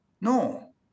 No